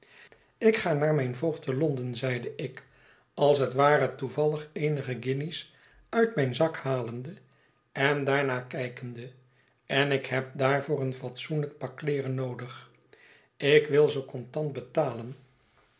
ik ga naar mijn voogd te londen zeide ik als t ware toevallig eenige guinjes uit mijn zak halende en daarnaar kijkende en ik heb daarvoor een fatsoenlijk pak kleeren noodig ik wil ze contant betalen